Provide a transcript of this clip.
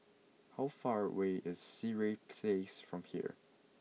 how far away is Sireh Place from here